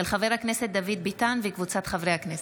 של חבר הכנסת דוד ביטן וקבוצת חברי הכנסת.